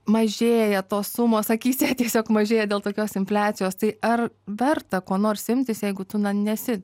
mažėja tos sumos akyse tiesiog mažėja dėl tokios infliacijos tai ar verta ko nors imtis jeigu tu nesi